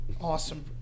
awesome